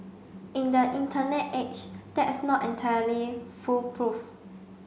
in the Internet age that's not entirely foolproof